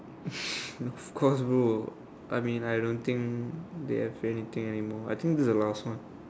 of course bro I mean I don't think they have anything anymore I think this is the last one